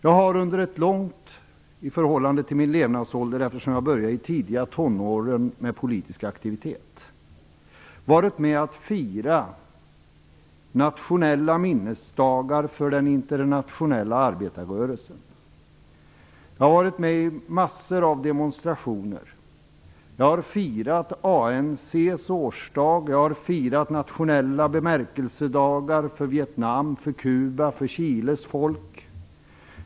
Jag har under en, i förhållande till min levnadsålder lång tid, eftersom jag började tidigt med politik, varit med och firat nationella minnesdagar för den internationella arbetarrörelsen. Jag har varit med i massor av demonstrationer. Jag har firat ANC:s årsdag. Jag har firat nationella bemärkelsedagar för Vietnam, för Kuba, för Chiles folk.